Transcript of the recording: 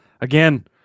Again